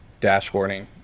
dashboarding